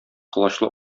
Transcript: колачлы